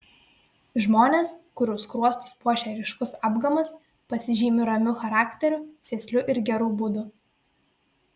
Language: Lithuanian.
žmonės kurių skruostus puošia ryškus apgamas pasižymi ramiu charakteriu sėsliu ir geru būdu